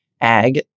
Ag